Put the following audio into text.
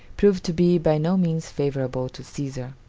proved to be by no means favorable to caesar.